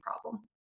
problem